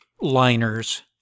liners